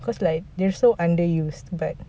cause like they are so underused like